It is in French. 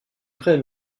vraie